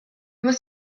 was